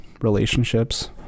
relationships